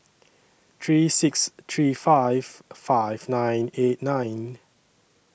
three six three five five nine eight nine